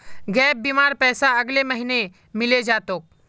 gap बीमार पैसा अगले महीने मिले जा तोक